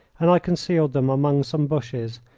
and i concealed them among some bushes,